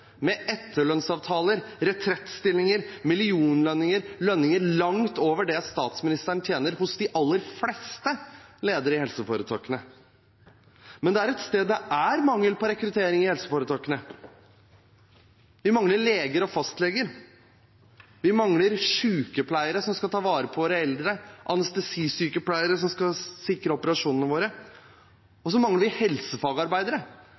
med etterlønnsavtaler, retrettstillinger og millionlønninger – lønninger langt over det statsministeren tjener – for de aller fleste ledere i helseforetakene. Det er ett sted det er mangel på rekruttering i helseforetakene. Vi mangler leger og fastleger. Vi mangler sykepleiere som skal ta vare på våre eldre, anestesisykepleiere som skal sikre operasjonene våre,